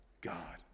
God